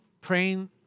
praying